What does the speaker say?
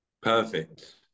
Perfect